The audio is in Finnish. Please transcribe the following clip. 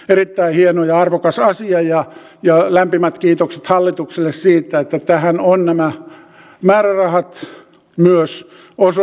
erittäin hieno ja arvokas asia ja lämpimät kiitokset hallitukselle siitä että tähän on nämä määrärahat myös osoitettu